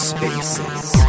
Spaces